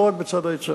לא רק בצד ההיצע.